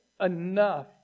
enough